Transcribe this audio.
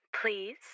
please